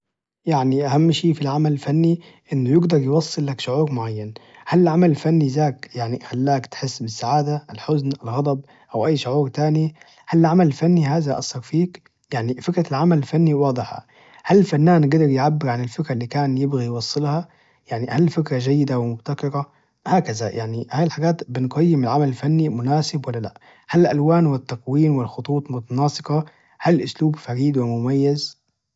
يعني أهم شي في العمل الفني هو إنه يقدر يخليك تحس بشعور معين هل العمل الفني ذاك يعني خلاك تحس بالسعادة الحزن الغضب أو أي شعور تاني هل العمل الفني هذا يعني أثر فيك يعني فكرة العمل الفني واضحة هل الفنان جدر يعبر عن الفكرة اللي كان يبغي يوصلها يعني هل الفكرة جيدة ومبتكرة هكذا يعني هي الحاجات بنقيم العمل الفني مناسب ولا لا هل الألوان والتقويم والخطوط متناسقة هل الأسلوب فريد ومميز